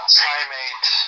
primate